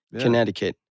Connecticut